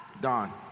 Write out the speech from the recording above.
Don